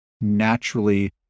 naturally